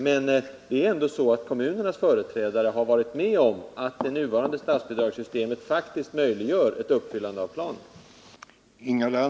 Men det är ändå ett faktum, att kommunernas företrädare har hållit med om att det nuvarande statsbidragssystemet faktiskt möjliggör ett förverkligande av planen.